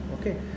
Okay